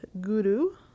Guru